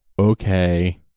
Okay